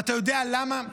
ואתה יודע למה?